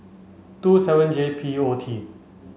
two seven J P O T